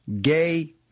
gay